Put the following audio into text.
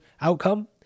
outcome